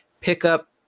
pickup